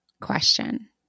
question